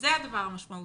זה הדבר המשמעותי.